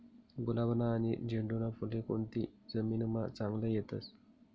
गुलाबना आनी झेंडूना फुले कोनती जमीनमा चांगला येतस?